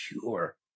pure